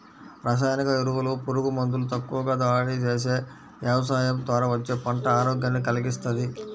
రసాయనిక ఎరువులు, పురుగు మందులు తక్కువగా వాడి చేసే యవసాయం ద్వారా వచ్చే పంట ఆరోగ్యాన్ని కల్గిస్తది